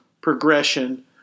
progression